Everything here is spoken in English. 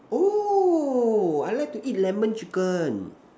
oh I like to eat lemon chicken